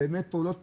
באמת פעולות